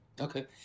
Okay